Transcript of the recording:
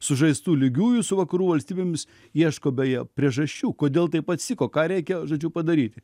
sužaistų lygiųjų su vakarų valstybėmis ieško beje priežasčių kodėl taip atsiko ką reikia žodžiu padaryti